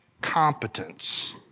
competence